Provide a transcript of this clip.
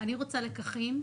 אני רוצה לקחים,